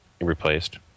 Replaced